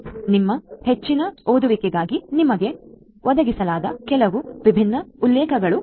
ನಿಮ್ಮ ಹೆಚ್ಚಿನ ಓದುವಿಕೆಗಾಗಿ ನಿಮಗೆ ಒದಗಿಸಲಾದ ಕೆಲವು ವಿಭಿನ್ನ ಉಲ್ಲೇಖಗಳು ಇವು